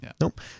Nope